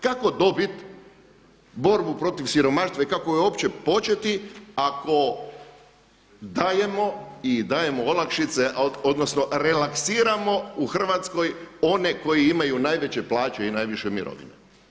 Kako dobit borbu protiv siromaštva i kako ju uopće početi ako dajemo i dajemo olakšice odnosno relaksiramo u Hrvatskoj one koji imaju najveće plaće i najviše mirovine?